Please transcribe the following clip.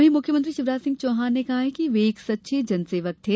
वहीं मुख्यमंत्री शिवराज सिंह चौहान ने कहा है कि वे एक सच्चे जनसेवक थे